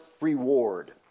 reward